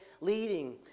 leading